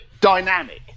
dynamic